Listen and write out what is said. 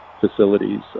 facilities